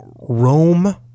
Rome